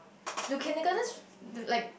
do kindergartens like